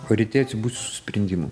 o ryte atsibusiu su sprendimu